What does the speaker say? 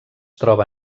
troba